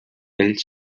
ell